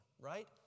right